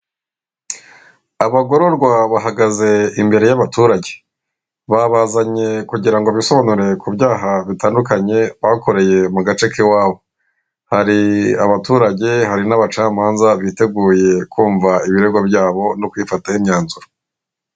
Abagororwa bahagaze imbere y'abaturage, babazanye kugira ngo bisobanure ku byaha bitandukanye bakoreye mu gace k'iwabo, hari abaturage, hari n'abacamanza biteguye kumva ibirego byabo no kubifataho imyanzuro.